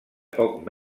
poc